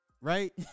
Right